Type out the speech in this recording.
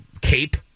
cape